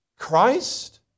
Christ